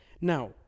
Now